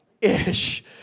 Ish